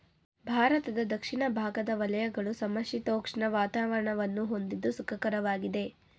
ಭಾರತದ ದಕ್ಷಿಣ ಭಾಗದ ವಲಯಗಳು ಸಮಶೀತೋಷ್ಣ ವಾತಾವರಣವನ್ನು ಹೊಂದಿದ್ದು ಸುಖಕರವಾಗಿದೆ